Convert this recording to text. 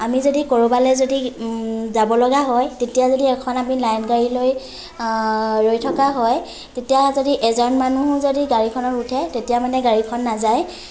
আমি যদি ক'ৰবালৈ যদি যাবলগা হয় তেতিয়া যদি এখন আমি লাইন গাড়ী লৈ ৰৈ থকা হয় তেতিয়া যদি এজন মানুহো যদি গাড়ীখনত উঠে তেতিয়া মানে গাড়ীখন নাযায়